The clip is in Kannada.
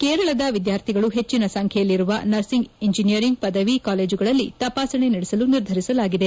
ಕೇರಳದ ವಿದ್ಯಾರ್ಥಿಗಳು ಹೆಚ್ಚಿನ ಸಂಖ್ಯೆಯಲ್ಲಿರುವ ನರ್ಸಿಂಗ್ ಇಂಜಿನಿಯರಿಂಗ್ ಪದವಿ ಕಾಲೇಜುಗಳಲ್ಲಿ ತಪಾಸಣೆ ನಡೆಸಲು ನಿರ್ಧರಿಸಲಾಗಿದೆ ಎಂದರು